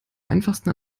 einfachsten